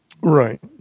Right